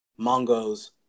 Mongo's